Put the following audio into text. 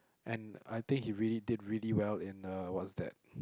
and I think he really did really where in uh what's that